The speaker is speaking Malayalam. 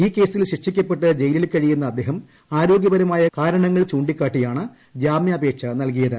ഈ കേസിൽ ശിക്ഷിക്കപ്പെട്ട് ജയിലിൽ കഴിയുന്ന അദ്ദേഹം ആരോഗ്യപരമായ കാരണങ്ങൾ ചൂ ിക്കാട്ടിയാണ് ജാമ്യാപേക്ഷ നൽകിയത്